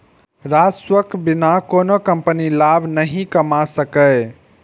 राजस्वक बिना कोनो कंपनी लाभ नहि कमा सकैए